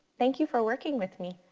thank you for working with me.